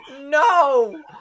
No